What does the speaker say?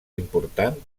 important